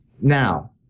Now